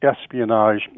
espionage